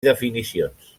definicions